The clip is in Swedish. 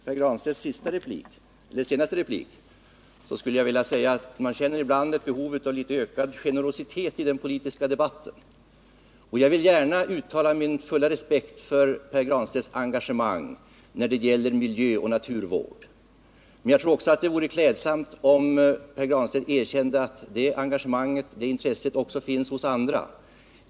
Herr talman! Efter Pär Granstedts senaste replik skulle jag vilja säga att man ibland känner ett behov av litet ökad generositet i den politiska debatten. Jag vill gärna uttala min fulla respekt för Pär Granstedts engagemang när det gäller miljöoch naturvård. Men jag tror också att det vore klädsamt om Pär Granstedt erkände att det engagemanget och det intresset också finns hos andra.